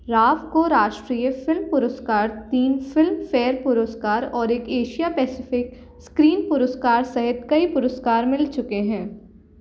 राव को राष्ट्रीय फ़िल्म पुरस्कार तीन फ़िल्मफ़ेयर पुरस्कार और एक एशिया पैसिफ़िक स्क्रीन पुरस्कार सहित कई पुरस्कार मिल चुके हैं